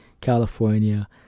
California